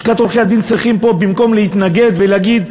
לשכת עורכי-הדין צריכים פה, במקום להתנגד ולהגיד,